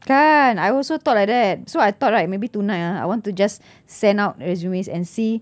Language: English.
kan I also thought like that so I thought like maybe tonight ah I want to just send out resumes and see